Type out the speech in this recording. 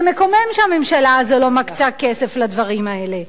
זה מקומם שהממשלה הזאת לא מקצה כסף לדברים האלה,